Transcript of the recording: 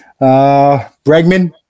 Bregman